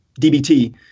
DBT